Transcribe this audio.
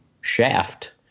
shaft